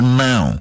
now